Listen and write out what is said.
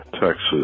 Texas